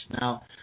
Now